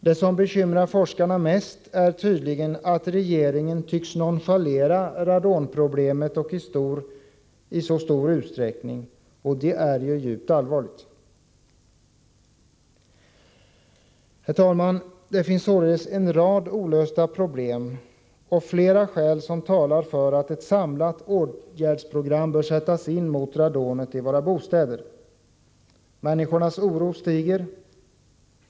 Det som bekymrar forskarna mest är tydligen att regeringen tycks nonchalera radonproblemet i så stor utsträckning. Det är djupt allvarligt. Herr talman! Det finns således en rad olösta problem. Flera skäl talar för att ett samlat åtgärdsprogram bör sättas in mot radon i våra bostäder. Människornas oro stiger.